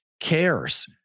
cares